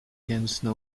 kendisine